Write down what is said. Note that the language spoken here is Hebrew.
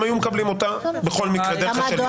הם היו מקבלים אותה בכל מקרה דרך השליח.